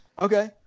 Okay